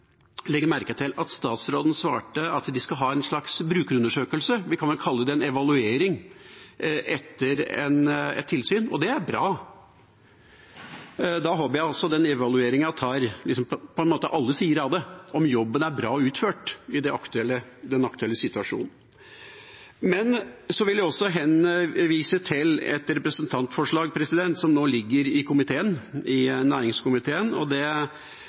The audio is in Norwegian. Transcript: merke til at statsråden svarte at de skal ha en slags brukerundersøkelse – vi kan vel kalle det en evaluering – etter et tilsyn, og det er bra. Da håper jeg også den evalueringen tar alle sider av det, om jobben er bra utført i den aktuelle situasjonen. Så vil jeg også henvise til et representantforslag som nå ligger i næringskomiteen, og det er et representantforslag som SV har fremmet, som tar opp i seg en rekke enkeltforslag. Det